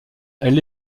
elle